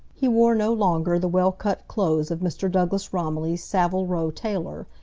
he wore no longer the well-cut clothes of mr. douglas romilly's saville row tailor,